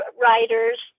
writers